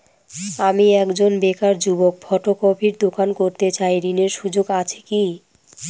আমি একজন বেকার যুবক ফটোকপির দোকান করতে চাই ঋণের সুযোগ আছে কি?